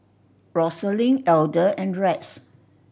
Rosalind Elder and Rex